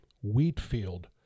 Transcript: Wheatfield